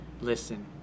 listen